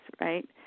right